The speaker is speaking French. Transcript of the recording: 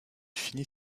finit